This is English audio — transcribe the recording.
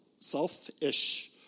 selfish